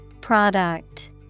Product